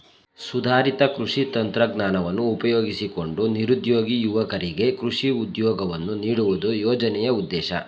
ಸುಧಾರಿತ ಕೃಷಿ ತಂತ್ರಜ್ಞಾನವನ್ನು ಉಪಯೋಗಿಸಿಕೊಂಡು ನಿರುದ್ಯೋಗಿ ಯುವಕರಿಗೆ ಕೃಷಿ ಉದ್ಯೋಗವನ್ನು ನೀಡುವುದು ಯೋಜನೆಯ ಉದ್ದೇಶ